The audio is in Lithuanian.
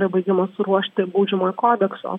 yra baigiamas ruošti baudžiamojo kodekso